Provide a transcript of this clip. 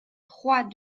roi